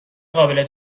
قابل